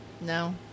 No